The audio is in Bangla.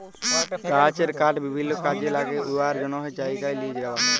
গাহাচের কাঠ বিভিল্ল্য কাজে ল্যাগে উয়ার জ্যনহে জায়গায় লিঁয়ে যাউয়া